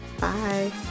Bye